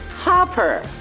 Hopper